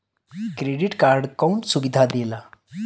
Credit card कौन सुबिधा देला?